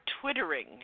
Twittering